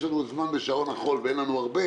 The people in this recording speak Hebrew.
לנו זמן בשעון החול ואין לנו הרבה